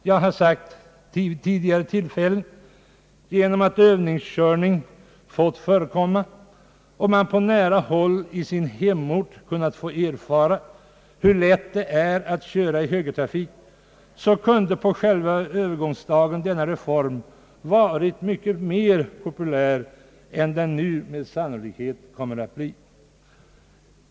Jag har vid tidigare tillfällen sagt att om övningskörning fått förekomma och man på nära håll i sin hemort kunnat få erfara hur lätt det är att köra i högertrafik, så kunde på själva övergångsdagen denna reform bli mycket mer populär än den sannolikt kommer att bli.